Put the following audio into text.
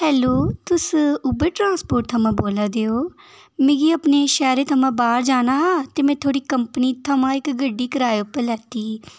hello तुस Uber transport थमां बोल्ला दे ओ मिगी अपने शैह्रे थमां बाहर जाना हा ते में कंपनी कोला इक्क गड्डी कराए पर लैती ही